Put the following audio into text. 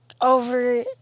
over